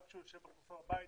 גם כשהוא יושב בכורסה בבית,